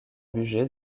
bugey